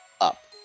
up